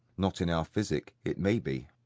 not in our physic, it may be.